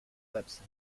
website